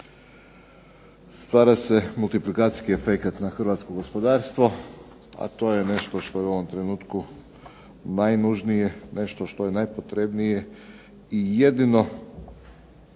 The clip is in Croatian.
stvara se multiplikacijski efekat na hrvatsko gospodarstvo, a to je nešto što je u ovom trenutku najnužnije, nešto što je najpotrebnije i jedino